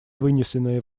вынесенные